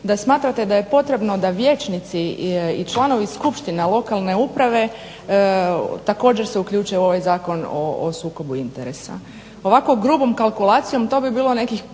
da smatrate da je potrebno da vijećnici i članovi skupština lokalne uprave također se uključe u ovaj Zakon o sukobu interesa. Ovako grubom kalkulacijom to bi bilo nekih